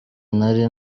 nari